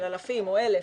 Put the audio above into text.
של אלפים או אלף,